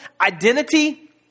identity